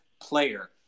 player